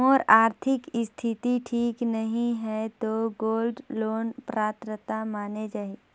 मोर आरथिक स्थिति ठीक नहीं है तो गोल्ड लोन पात्रता माने जाहि?